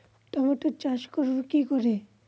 টমেটোর চাষ করব কি করে?